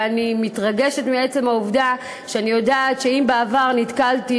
ואני מתרגשת מעצם העובדה שאני יודעת שאם בעבר נתקלתי,